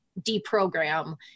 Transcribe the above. deprogram